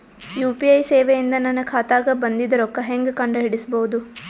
UPI ಸೇವೆ ಇಂದ ನನ್ನ ಖಾತಾಗ ಬಂದಿದ್ದ ರೊಕ್ಕ ಹೆಂಗ್ ಕಂಡ ಹಿಡಿಸಬಹುದು?